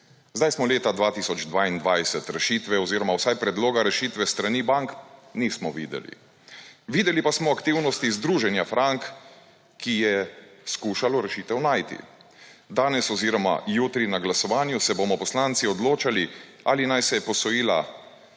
Zdaj smo leta 2022. Rešitve oziroma vsaj predloga rešitve s strani bank nismo videli. Videli pa smo aktivnosti Združenja Frank, ki je skušalo rešitev najti. Danes oziroma jutri na glasovanju se bomo poslanci odločali, ali naj se posojila